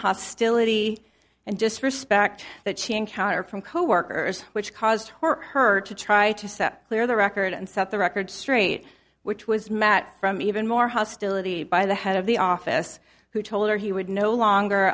hostility and disrespect that she encountered from coworkers which caused her hurt to try to set clear the record and set the record straight which was matt from even more hostility by the head of the office who told her he would no longer